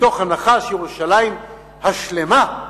מתוך הנחה שירושלים השלמה,